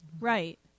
Right